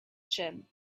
chin